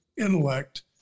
intellect